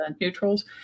neutrals